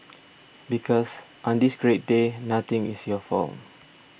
because on this great day nothing is your fault